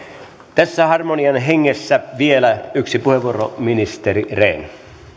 tässä harmonian hengessä vielä yksi puheenvuoro ministeri rehn